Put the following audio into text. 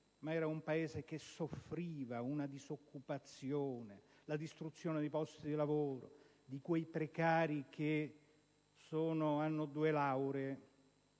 Era un Paese che soffriva la disoccupazione, la distruzione dei posti di lavoro, il Paese di quei precari che hanno due lauree